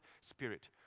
spirit